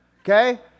okay